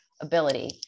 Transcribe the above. ability